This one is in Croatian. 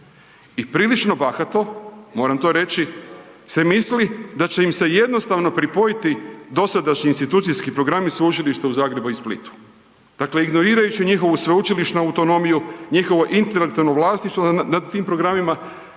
I prilično bahato, moram to reći, se misli da će im se jednostavno pripojiti dosadašnji institucijski programi sveučilišta u Zagrebu i Splitu. Dakle, ignorirajući njihovu sveučilišnu autonomiju, njihovo intelektualno vlasništvo nad tim programima,